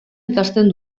ikasten